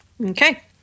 Okay